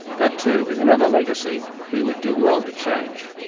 that too is another legacy we would do well to change.